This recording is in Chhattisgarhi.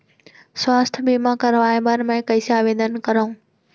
स्वास्थ्य बीमा करवाय बर मैं कइसे आवेदन करव?